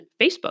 Facebook